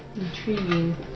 Intriguing